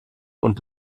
und